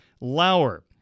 Lauer